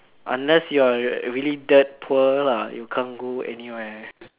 unless you're really that poor lah you can't go anywhere